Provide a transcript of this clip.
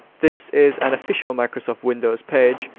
this is an official microsoft windows page,